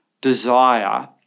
desire